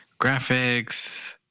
Graphics